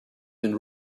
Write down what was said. been